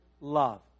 love